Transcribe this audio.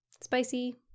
spicy